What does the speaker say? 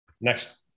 Next